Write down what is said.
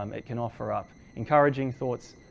um it can offer up encouraging thoughts,